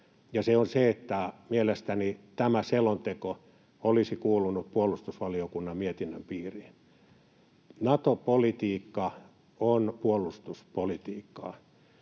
se on se, että mielestäni tämä selonteko olisi kuulunut puolustusvaliokunnan mietinnön piiriin. Nato-politiikka on puolustuspolitiikkaa.